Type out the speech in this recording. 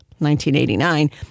1989